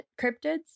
cryptids